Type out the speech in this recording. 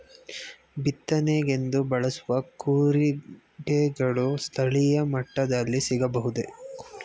ಬಿತ್ತನೆಗೆಂದು ಬಳಸುವ ಕೂರಿಗೆಗಳು ಸ್ಥಳೀಯ ಮಟ್ಟದಲ್ಲಿ ಸಿಗಬಹುದೇ?